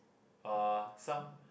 uh some